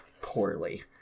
poorly